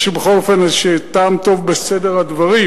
יש בכל זאת טעם טוב בסדר הדברים.